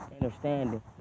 understanding